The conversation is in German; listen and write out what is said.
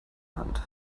hand